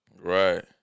Right